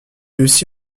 aussi